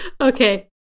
Okay